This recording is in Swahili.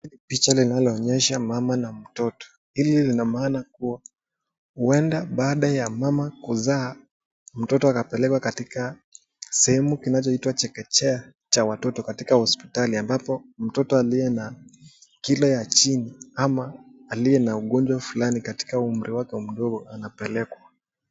Picha inaloonyesha mama na mtoto, hii lina maana kuwa uenda baada ya mama kuzaa mtoto anapelekwa katika sehemu ya kinachoitwa chekechea cha watoto katika hospitali, ambapo mtoto aliye na kilo ya chini ama aliye na ugonjwa fulani katika umri wake mdogo anapelekwa.